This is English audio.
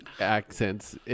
accents